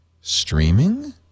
streaming